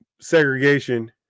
segregation